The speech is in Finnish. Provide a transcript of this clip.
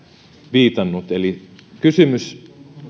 viitannut eli kysymys